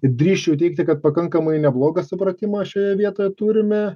drįsčiau teigti kad pakankamai neblogą supratimą šioje vietoj turime